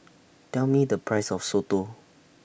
Tell Me The Price of Soto